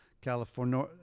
California